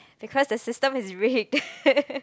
because the system is rigged